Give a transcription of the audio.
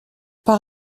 par